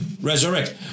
resurrect